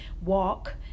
walk